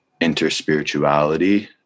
interspirituality